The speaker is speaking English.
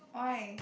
why